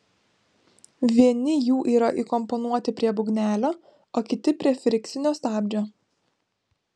vieni jų yra įkomponuoti prie būgnelio o kiti prie frikcinio stabdžio